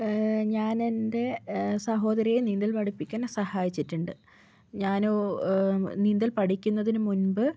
ഞാൻ എൻ്റെ സഹോദരിയെ നീന്തൽ പഠിപ്പിക്കാൻ സഹായിച്ചിട്ടുണ്ട് ഞാൻ നീന്തൽ പഠിക്കുന്നതിനു മുൻപ്